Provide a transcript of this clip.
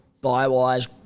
buy-wise